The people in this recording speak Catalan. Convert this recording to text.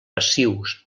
passius